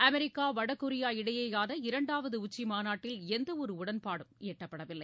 America வடகொரியா இடையேயான இரண்டாவது உச்சி மாநாட்டில் எந்த ஒரு உடன்பாடும் எட்டப்படவில்லை